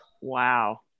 wow